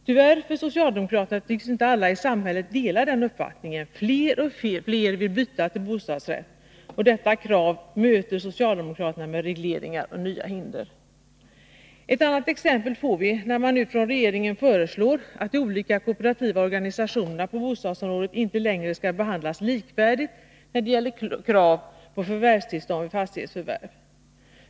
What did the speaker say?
Beklagligt nog för socialdemokraterna tycks inte alla i samhället dela denna uppfattning. Fler och fler vill byta till bostadsrätt, och detta Krav möter socialdemokraterna med regleringar och nya hinder. Ett annat exempel får vi när regeringen nu föreslår att de olika kooperativa organisationerna på bostadsområdet inte längre skall behandlas likvärdigt när det gäller krav på tillstånd vid fastighetsförvärv.